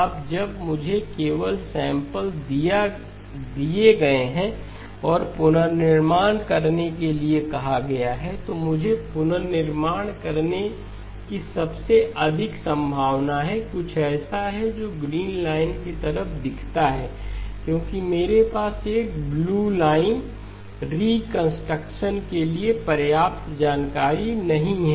अब जब मुझे केवल सैंपल दिए गए हैं और पुनर्निर्माण करने के लिए कहा गया है तो मुझे पुनर्निर्माण करने की सबसे अधिक संभावना है कुछ ऐसा है जो ग्रीन लाइन की तरह दिखता है क्योंकि मेरे पास एक ब्लू लाइन रिकंस्ट्रक्शन के लिए पर्याप्त जानकारी नहीं है